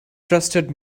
trusted